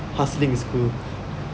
hustlings in school